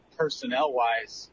personnel-wise